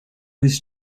was